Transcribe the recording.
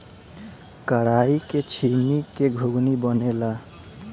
कराई के छीमी के घुघनी बनेला